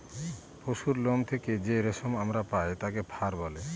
পশুরলোম থেকে যে রেশম আমরা পায় তাকে ফার বলে